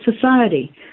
society